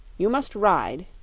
you must ride,